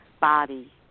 body